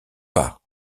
pas